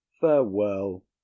Farewell